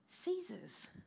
Caesar's